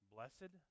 Blessed